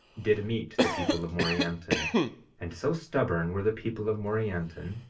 did meet the people of morianton and so stubborn were the people of morianton,